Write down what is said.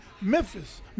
Memphis